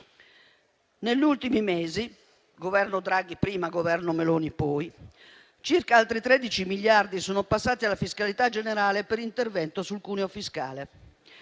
Negli ultimi mesi - Governo Draghi prima, Governo Meloni poi - circa altri 13 miliardi sono passati alla fiscalità generale per intervento sul cuneo fiscale.